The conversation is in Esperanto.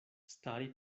stari